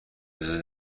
اجازه